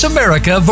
America